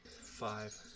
five